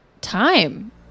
time